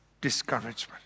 discouragement